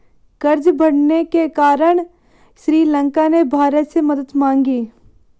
कर्ज बढ़ने के कारण श्रीलंका ने भारत से मदद मांगी